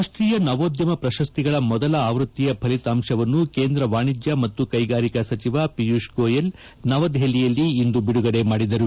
ರಾಷ್ಟೀಯ ನವೋದ್ಯಮ ಪ್ರಶಸ್ತಿಗಳ ಮೊದಲ ಆವೃತ್ತಿಯ ಫಲಿತಾಂಶವನ್ನು ಕೇಂದ್ರ ವಾಣಿಜ್ಯ ಮತ್ತು ಕೈಗಾರಿಕಾ ಸಚಿವ ಪಿಯೂಷ್ ಗೋಯಲ್ ನವದೆಹಲಿಯಲ್ಲಿಂದು ಬಿಡುಗಡೆ ಮಾಡಿದರು